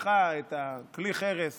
לקחה את כלי החרס